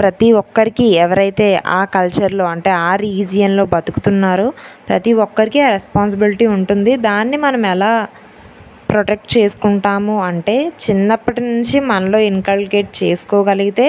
ప్రతీ ఒక్కరికి ఎవరైతే ఆ కల్చర్లో అంటే ఆ రీజియన్లో బ్రతుకుతున్నారో ప్రతీ ఒక్కరికీ ఆ రెస్పాన్సిబిలిటీ ఉంటుంది దాన్ని మనం ఎలా ప్రొటెక్ట్ చేసుకుంటాము అంటే చిన్నప్పటి నుంచి మనలో ఇన్కల్కేట్ చేసుకోగలిగితే